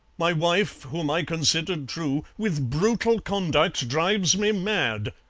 my wife whom i considered true with brutal conduct drives me mad.